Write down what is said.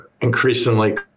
increasingly